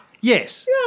Yes